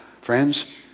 Friends